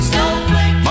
Snowflake